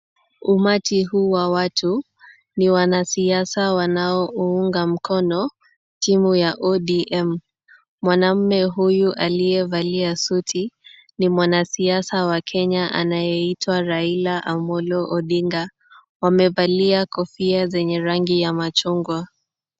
Umati huu wa watu ni wanasiasa wanaouunga mkono timu ya ODM.Mwanaume huyu aliyevalia suti ni mwanasiasa wa Kenya anayeitwa Raila Amollo Odinga. Wamevalia kofia zenye rangi ya machungwa.